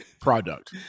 product